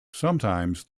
sometimes